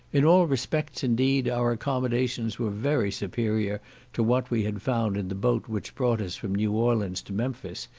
in all respects, indeed, our accommodations were very superior to what we had found in the boat which brought us from new orleans to memphis,